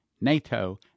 NATO